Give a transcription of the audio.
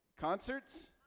Concerts